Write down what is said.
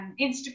Instagram